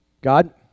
God